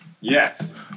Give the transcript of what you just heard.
Yes